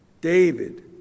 David